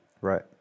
Right